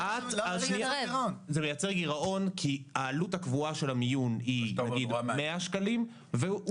זה מייצר גירעון כי העלות הקבועה של המיון היא נגיד 100 שקלים והוא